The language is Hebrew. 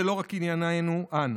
זה לא רק ענייננו אנו,